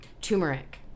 Turmeric